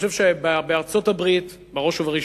אני חושב שבארצות-הברית, בראש ובראשונה,